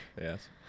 Yes